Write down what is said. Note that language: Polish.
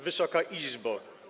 Wysoka Izbo!